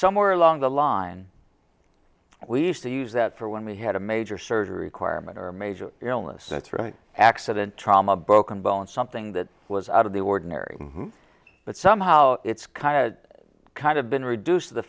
somewhere along the line we used to use that for when we had a major surgery acquirement or major illness that's right accident trauma broken bone something that was out of the ordinary but somehow it's kind of kind of been reduced t